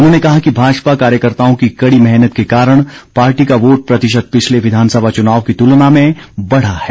उन्होंने कहा कि भाजपा कार्यकर्ताओं की कड़ी मेहनत के कारण पार्टी का वोट प्रतिशत पिछले विधानसभा चुनाव की तुलना में बढ़ा है